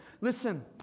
Listen